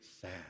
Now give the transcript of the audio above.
sad